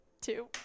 Two